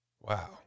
Wow